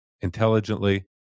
intelligently